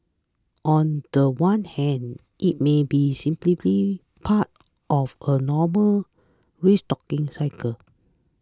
on the one hand it may be simply part of a normal restocking cycle